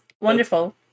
Wonderful